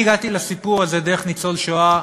אני הגעתי לסיפור הזה דרך ניצול שואה